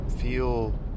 feel